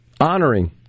honoring